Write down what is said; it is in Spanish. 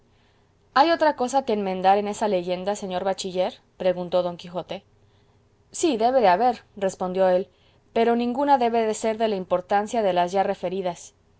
hay otra cosa que enmendar en esa leyenda señor bachiller preguntó don quijote sí debe de haber respondió él pero ninguna debe de ser de la importancia de las ya referidas